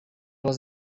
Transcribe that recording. was